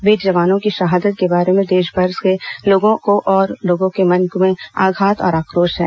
वीर जवानों की शहादत के बाद देशभर में लोगों को और लोगों के मन में आघात और आक्रोश है